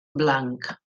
blanc